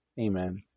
Amen